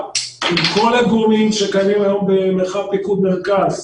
עם כל הגורמים שקיימים היום במרחב פיקוד מרכז,